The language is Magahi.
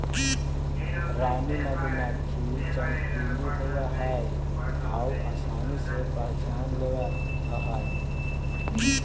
रानी मधुमक्खी चमकीली होब हई आउ आसानी से पहचान लेबल जा हई